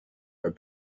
are